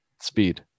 Speed